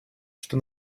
что